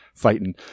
fighting